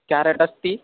carrot अस्ति